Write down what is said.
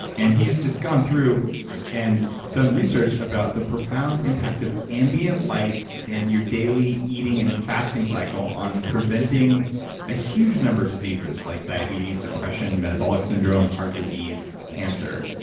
and he has just gone through and done research about the profound impact of ambient light in and your daily eating and fasting cycle on preventing a huge number of diseases, like diabetes, depression, metabolic syndrome, heart disease, cancer.